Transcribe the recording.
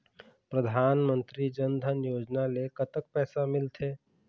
परधानमंतरी जन धन योजना ले कतक पैसा मिल थे?